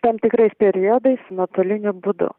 tam tikrais periodais nuotoliniu būdu